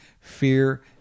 fear